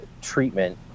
treatment